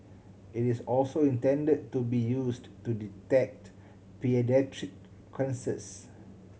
it is also intended to be used to detect paediatric cancers